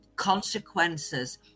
consequences